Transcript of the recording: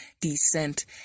descent